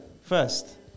First